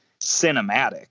cinematic